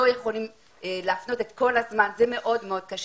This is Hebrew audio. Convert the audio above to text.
זה מאוד מאוד קשה.